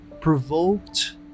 provoked